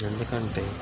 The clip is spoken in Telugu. ఎందుకంటే